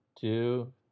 two